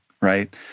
right